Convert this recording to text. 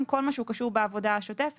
למעשה כל מה שהוא קשור בעבודה השוטפת,